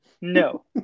no